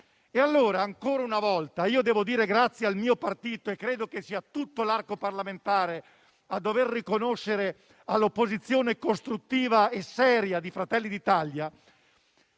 parola. Ancora una volta, devo dunque dire grazie al mio partito e credo che sia tutto l'arco parlamentare a dover riconoscere all'opposizione costruttiva e seria di Fratelli d'Italia